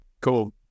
Cool